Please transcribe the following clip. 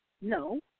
No